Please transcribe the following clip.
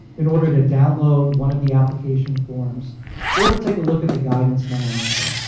in order to download one of the application forms or to take a look at the guidance memoranda.